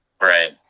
right